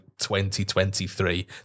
2023